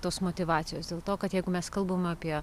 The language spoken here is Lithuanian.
tos motyvacijos dėl to kad jeigu mes kalbam apie